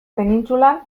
penintsulan